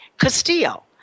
Castillo